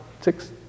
six